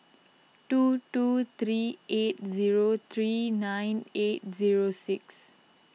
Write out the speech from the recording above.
two two three eight zero three nine eight zero six